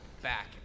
back